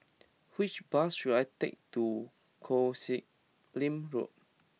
which bus should I take to Koh Sek Lim Road